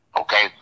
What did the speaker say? Okay